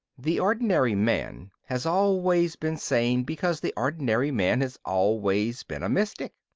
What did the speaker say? the ordinary man has always been sane because the ordinary man has always been a mystic.